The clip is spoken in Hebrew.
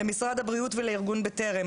למשרד הבריאות ולארגון בטרם,